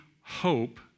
hope